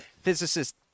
physicist